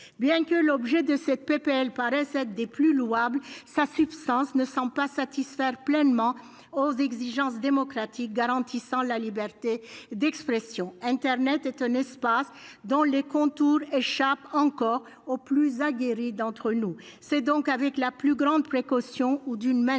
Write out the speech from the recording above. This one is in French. bien que l'objet de cette PPL paraissait des plus louables sa substance ne sent pas satisfaire pleinement aux exigences démocratiques garantissant la liberté d'expression, internet est un espace dans les contours échappent encore aux plus aguerris d'entre nous, c'est donc avec la plus grande précaution ou d'une même d'une